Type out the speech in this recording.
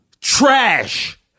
trash